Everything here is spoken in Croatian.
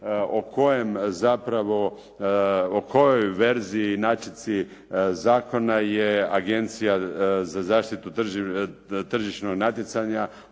o kojoj verziji, inačici zakona je Agencija za zaštitu tržišnog natjecanja